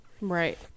Right